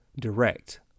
direct